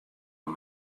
oan